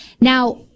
Now